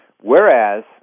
Whereas